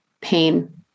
pain